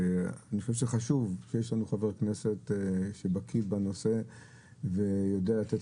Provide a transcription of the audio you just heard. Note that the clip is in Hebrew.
אני חושב שחשוב שיש לנו חבר כנסת שבקיא בנושא ויודע לתת